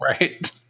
right